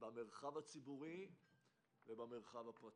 במרחב הציבורי ובזה הפרטי.